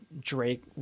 Drake